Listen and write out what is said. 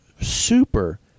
super